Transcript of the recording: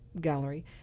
gallery